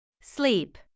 Sleep